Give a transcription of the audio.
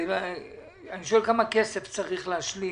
אני שואל כמה כסף צריך להשלים.